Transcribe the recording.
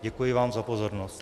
Děkuji vám za pozornost.